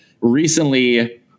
recently